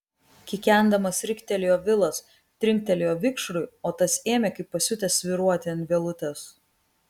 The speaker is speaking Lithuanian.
kikendamas riktelėjo vilas trinktelėjo vikšrui o tas ėmė kaip pasiutęs svyruoti ant vielutės